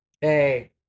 Hey